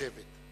(חברי הכנסת מכבדים בקימה את זכרו של המנוח.) נא לשבת.